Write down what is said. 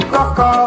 Coco